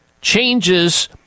changes